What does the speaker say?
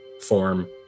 form